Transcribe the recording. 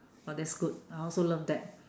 oh that's good I also love that